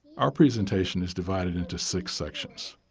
our presentation is divided into six sections.